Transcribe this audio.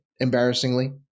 embarrassingly